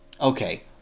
Okay